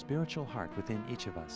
spiritual heart within each of us